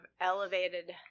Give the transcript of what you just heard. elevated